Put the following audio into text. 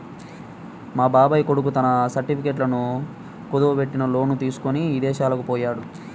మా బాబాయ్ కొడుకు తన సర్టిఫికెట్లను కుదువబెట్టి లోను తీసుకొని ఇదేశాలకు పొయ్యాడు